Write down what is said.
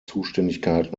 zuständigkeiten